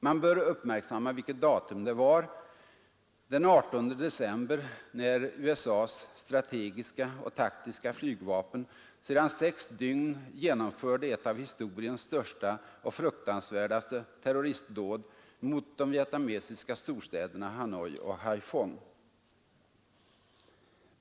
Man bör uppmärksamma vilket datum det var — den 18 december, när USA:s strategiska och taktiska flygvapen sedan sex dygn genomförde ett av historiens största och mest fruktansvärda terroristdåd mot de vietnamesiska storstäderna Hanoi och Haiphong.